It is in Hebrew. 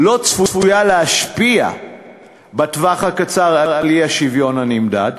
לא צפויה להשפיע בטווח הקצר על האי-שוויון הנמדד,